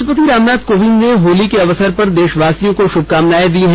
राष्ट्रापति रामनाथ कोविंद ने होली के अवसर पर देशवासियों को शुभकामनाएं दी हैं